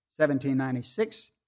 1796